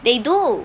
they do